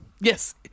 Yes